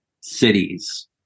cities